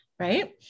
Right